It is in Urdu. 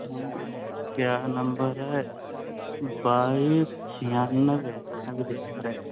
ہاں کیا نمبر ہے بائیس چھیانوے ابھی دکھوا رہے ہیں